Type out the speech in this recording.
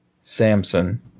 Samson